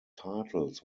titles